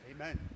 Amen